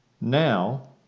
Now